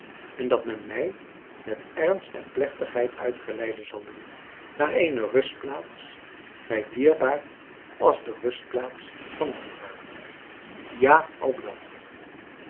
en dat men mij met ernst en plechtigheid uitgeleide zal doen naar eene rustplaats mij dierbaar als de rustplaats van dierbaren ja ook dat